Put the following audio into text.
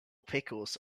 pickles